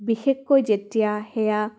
বিশেষকৈ যেতিয়া সেয়া